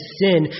sin